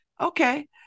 Okay